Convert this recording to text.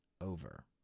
over